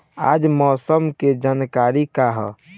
आज मौसम के जानकारी का ह?